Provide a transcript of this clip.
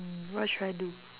mm what should I do